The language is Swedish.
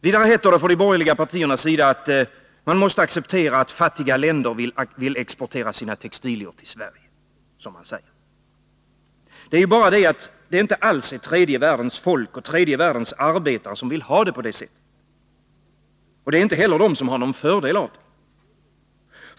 Vidare heter det från de borgerliga partierna att man måste acceptera att fattiga länder vill exportera sina textilier till Sverige. Men det är inte alls tredje världens folk och tredje världens arbetare som vill ha det på det sättet, och det är inte heller de som har någon fördel av det.